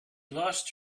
lost